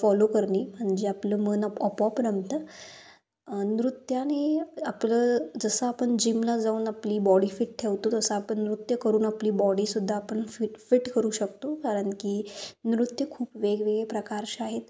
follow करणे म्हणजे आपलं मन आपोआप रमतं नृत्याने आपलं जसं आपण जिमला जाऊन आपली बॉडी फिट ठेवतो तसं आपण नृत्य करून आपली बॉडीसुद्धा आपण फिट फिट करू शकतो कारण की नृत्य खूप वेगवेगळे प्रकारचे आहेत